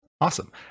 Awesome